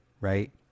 Right